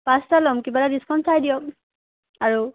পাঁচটা ল'ম কিবা এটা ডিছকাউণ্ট চাই দিয়ক আৰু